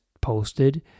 posted